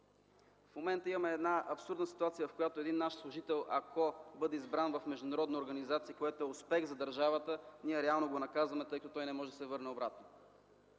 В момента имаме една абсурдна ситуация, в която един наш служител, ако бъде избран в международна организация, което е успех за държавата, ние реално го наказваме, тъй като той не може да се върне обратно.